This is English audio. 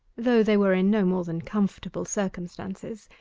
though they were in no more than comfortable circumstances,